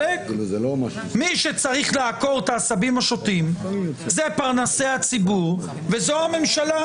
מי שצריך לעקור את העשבים השוטים הוא פרנסי הציבור וזו הממשלה.